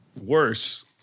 Worse